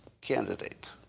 candidate